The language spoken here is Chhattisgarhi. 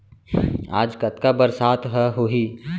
आज कतका बरसात ह होही?